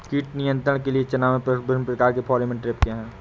कीट नियंत्रण के लिए चना में प्रयुक्त विभिन्न प्रकार के फेरोमोन ट्रैप क्या है?